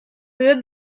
höhe